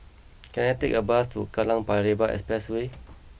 can I take a bus to Kallang Paya Lebar Expressway